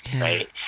right